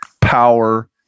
power